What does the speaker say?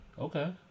Okay